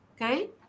Okay